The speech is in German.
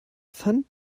fand